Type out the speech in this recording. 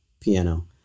piano